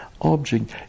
object